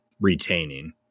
retaining